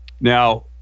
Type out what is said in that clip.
Now